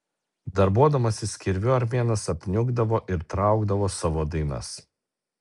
darbuodamasis kirviu armėnas apniukdavo ir traukdavo savo dainas